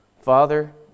Father